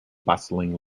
bustling